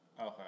Okay